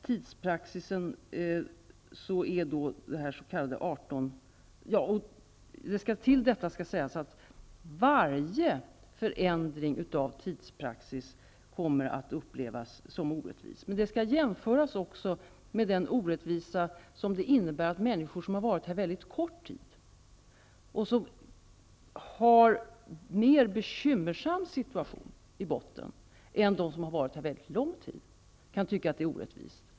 Till detta skall läggas att varje förändring av tidspraxis kommer att upplevas som orättvis. Men det skall också jämföras med att människor som har varit här väldigt kort tid och som har en mera bekymmersam situation i botten än de som har varit här under en väldigt lång tid kan tycka att det är orättvist.